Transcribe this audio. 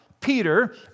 Peter